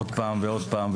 ועוד פעם,